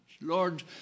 Lord